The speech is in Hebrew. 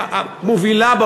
מובילה.